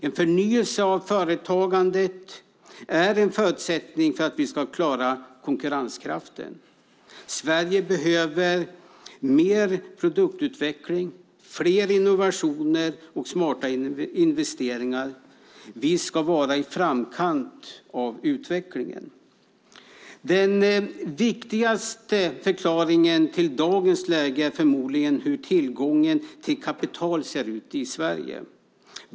En förnyelse av företagandet är en förutsättning för att vi ska klara konkurrenskraften. Sverige behöver mer produktutveckling, fler innovationer och smarta investeringar. Vi ska vara i framkant av utvecklingen. Den viktigaste förklaringen till dagens läge är förmodligen hur tillgången till kapital ser ut i Sverige.